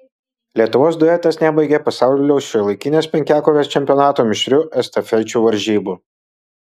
lietuvos duetas nebaigė pasaulio šiuolaikinės penkiakovės čempionato mišrių estafečių varžybų